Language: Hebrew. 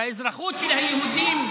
והאזרחות של היהודים,